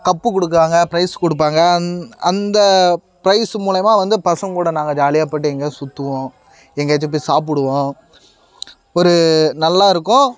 cup கொடுக்காங்க prize கொடுப்பாங்க அந் அந்த பிரைஸு மூலமா வந்து பசங்ககூட நாங்கள் ஜாலியாக போயிட்டு எங்கேயாது சுற்றுவோம் எங்கேயாச்சி போய் சாப்பிடுவோம் ஒரு நல்லா இருக்கும்